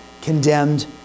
condemned